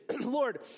Lord